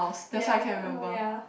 ya ya